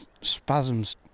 spasms